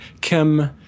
Kim